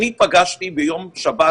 אני פגשתי ביום שבת